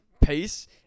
pace